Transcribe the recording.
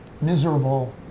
miserable